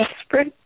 desperate